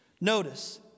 Notice